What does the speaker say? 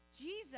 Jesus